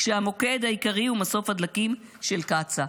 והמוקד העיקרי הוא מסוף הדלקים של קצא"א.